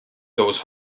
those